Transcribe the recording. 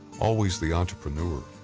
always the entrepreneur,